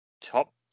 top